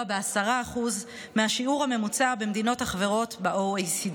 ב-10% מהשיעור הממוצע במדינות החברות ב-OECD.